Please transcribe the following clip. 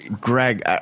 Greg